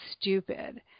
stupid